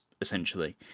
essentially